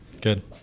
Good